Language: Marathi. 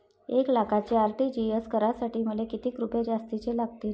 एक लाखाचे आर.टी.जी.एस करासाठी मले कितीक रुपये जास्तीचे लागतीनं?